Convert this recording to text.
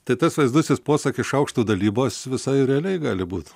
tai tas vaizdusis posakis šaukštų dalybos visai realiai gali būt